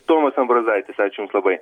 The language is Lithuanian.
tomas ambrozaitis ačiū jums labai